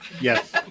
yes